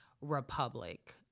republic